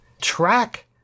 track